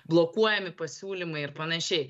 blokuojami pasiūlymai ir panašiai